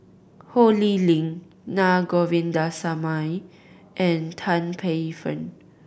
Ho Lee Ling Na Govindasamy and Tan Paey Fern